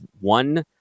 one